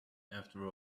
after